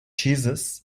cheeses